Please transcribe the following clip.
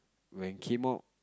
when came out